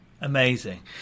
Amazing